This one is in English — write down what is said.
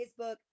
Facebook